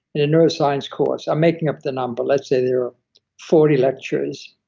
in a neuroscience course, i'm making up the number let's say there are forty lectures,